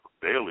daily